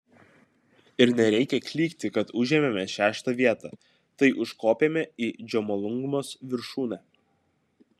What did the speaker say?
ir nereikia klykti kad užėmėme šeštą vietą tai užkopėme į džomolungmos viršūnę